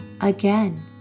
Again